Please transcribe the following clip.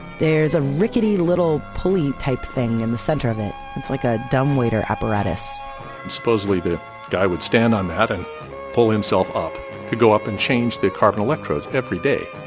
there's a rickety little pulley type thing in the center of it. it's like a dumbwaiter apparatus and supposedly the guy would stand on that and pull himself up to go up and change the carbon electrodes every day.